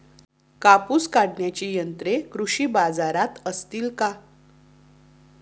कापूस काढण्याची यंत्रे कृषी बाजारात असतील का?